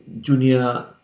junior